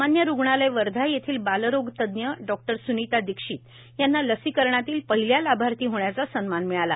सामान्य रुग्णालय वर्धा येथील बालरोग तज्ञ डॉ स्नीता दीक्षित यांना लसीककरणातील पहिल्या लाभार्थी होण्याचा सन्मान मिळाला